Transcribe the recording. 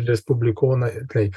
respublikonai kai